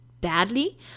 badly